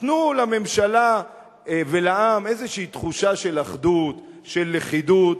תנו לממשלה ולעם איזו תחושה של אחדות, של לכידות.